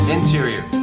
Interior